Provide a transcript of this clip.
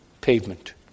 pavement